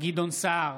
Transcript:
גדעון סער,